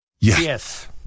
Yes